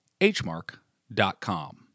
hmark.com